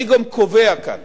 אני גם קובע כאן